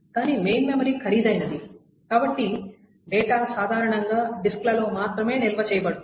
కానీ main memory ఖరీదైనది కాబట్టి డేటా సాధారణంగా డిస్క్లలో మాత్రమే నిల్వ చేయబడుతుంది